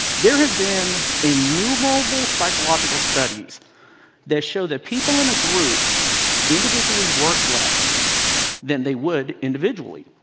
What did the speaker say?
there have been innumerable psychological studies that show that people in a group individually work less than they would individually,